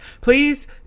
Please